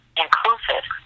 inclusive